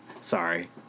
Sorry